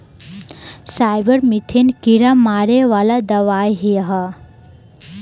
सईपर मीथेन कीड़ा मारे वाला दवाई ह